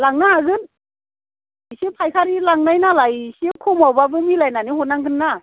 लांनो हागोन एसे फाइखारि लांनाय नालाय एसे खमावब्लाबो मिलायनानै हरनांगोन ना